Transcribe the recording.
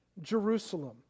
Jerusalem